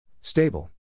Stable